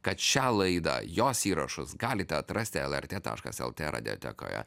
kad šią laidą jos įrašus galite atrasti lrt taškas lt radiotekoje